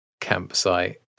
campsite